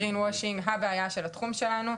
Greenwashing שזו הבעיה של התחום שלנו,